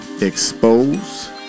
expose